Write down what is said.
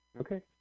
Okay